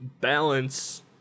balance